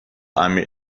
امیر